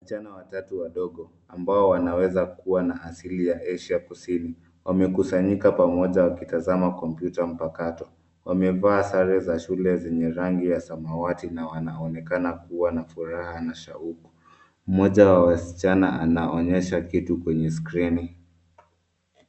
Vijana watu wadogo ambao wanaweza kuwa na asili ya Asia Kusini, wakusanyika pamoja wakitazama kompyuta mpakato. Wamevaa sare za shule zenye rangi ya samawati na wanaonekana kuwa furaha na shauku. Mmoja wa wasichana anaonyesha kitu kwenye skrini.